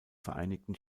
vereinigten